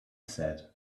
said